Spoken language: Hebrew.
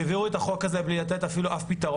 העבירו את החוק הזה בלי לתת אף פיתרון